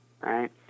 Right